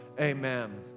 Amen